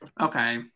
okay